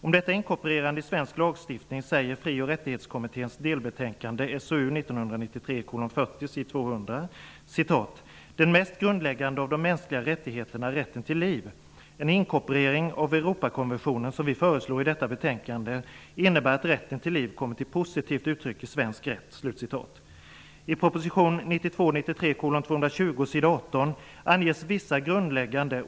Om detta inkorporerande i svensk lagstiftning säger Fri och 1993:40, sid 200: ''Den mest grundläggande av de mänskliga rättigheterna är rätten till liv --- En inkorporering av Europakonventionen, som vi föreslår i detta betänkande, innebär att rätten till liv kommer till positivt uttryck i svensk rätt''.